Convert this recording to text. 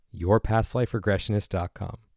yourpastliferegressionist.com